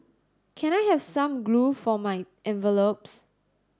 can I have some glue for my envelopes